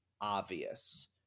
obvious